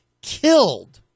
killed